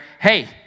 hey